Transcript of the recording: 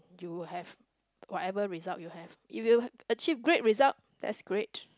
you have whatever result you have if you achieve great result that's great